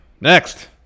Next